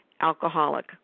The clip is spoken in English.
alcoholic